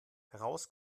heraus